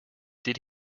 did